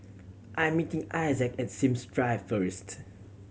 I'm meeting Isaac at Sims Drive first